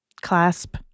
clasp